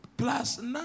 Plus